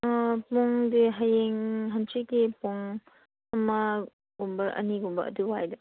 ꯑꯥ ꯄꯨꯡꯗꯤ ꯍꯌꯦꯡ ꯍꯪꯆꯤꯠꯀꯤ ꯄꯨꯡ ꯑꯃꯒꯨꯝꯕ ꯑꯅꯤꯒꯨꯝꯕ ꯑꯗꯨꯋꯥꯏꯗ